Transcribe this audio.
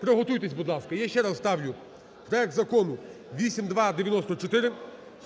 Приготуйтесь, будь ласка. Я ще раз ставлю проект Закону 8294,